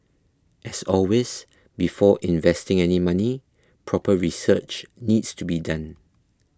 as always before investing any money proper research needs to be done